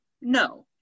No